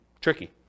tricky